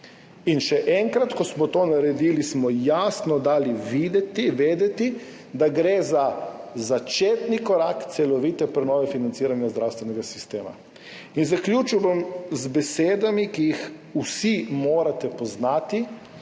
Še enkrat, ko smo to naredili, smo jasno dali vedeti, da gre za začetni korak celovite prenove financiranja zdravstvenega sistema. Zaključil bom z besedami, ki jih vsi morate poznati.